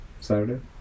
Saturday